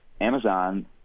Amazon